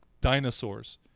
dinosaurs